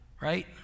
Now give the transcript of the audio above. right